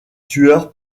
tueur